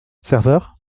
serveur